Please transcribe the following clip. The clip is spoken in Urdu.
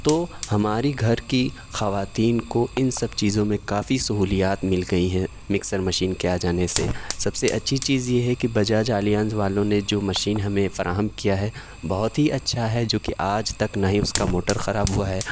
تو ہماری گھر کی خواتین کو ان سب چیزوں میں کافی سہولیات مل گئی ہیں مکسر مشین کے آ جانے سے سب سے اچھی چیز یہ ہے کہ بجاج آلیانز والوں نے جو مشین ہمیں فراہم کیا ہے بہت ہی اچھا ہے جوکہ آج تک نہ ہی اس کا موٹر خراب ہوا ہے